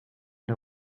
der